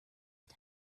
not